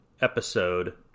episode